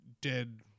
dead